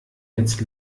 jetzt